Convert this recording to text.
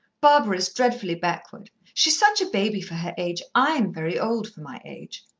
barbara is dreadfully backward. she's such a baby for her age. i'm very old for my age.